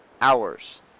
hours